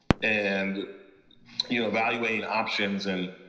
and you know evaluating options. and